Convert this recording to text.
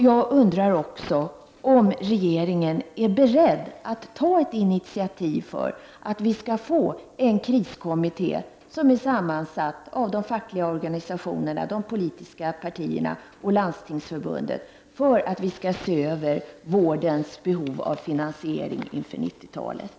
Jag undrar också om regeringen är beredd att ta ett initiativ för att vi skall få en kriskommitté, som är sammansatt av de fackliga organisationerna, de politiska partierna och Landstingsförbundet, för att se över vårdens behov av finansiering inför 90-talet.